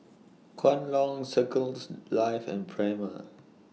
Kwan Loong Circles Life and Prima